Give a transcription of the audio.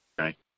Okay